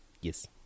Yes